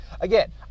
Again